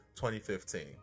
2015